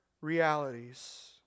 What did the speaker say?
realities